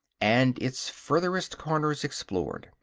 and its furthest corners explored.